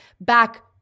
back